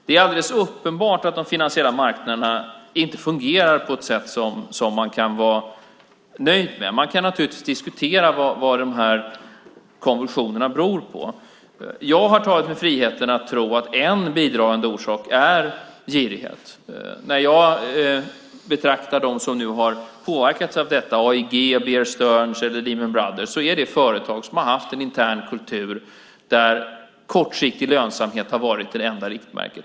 Det är alldeles uppenbart att de finansiella marknaderna inte fungerar på ett sätt som man kan vara nöjd med. Man kan naturligtvis diskutera vad de här konvulsionerna beror på. Jag har tagit mig friheten att tro att en bidragande orsak är girighet. När jag betraktar dem som nu har påverkats av detta, AIG, Bear Sterns eller Lehman Brothers, ser jag att det är företag som har haft en intern kultur där kortsiktig lönsamhet har varit det enda riktmärket.